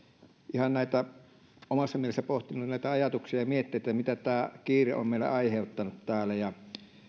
ihan omassa mielessäni olen pohtinut näitä ajatuksia ja mietteitä siitä mitä tämä kiire on meille aiheuttanut täällä